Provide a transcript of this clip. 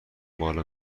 بالا